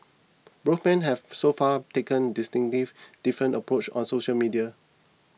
both men have so far taken distinctively different approaches on social media